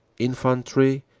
infantry,